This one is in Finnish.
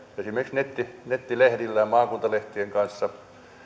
esimerkiksi nettilehdillä maakuntalehtien kanssa